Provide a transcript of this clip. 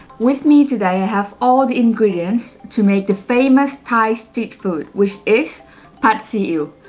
with me today, i have all the ingredients to make the famous thai street food which is pad see ew.